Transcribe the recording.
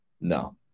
No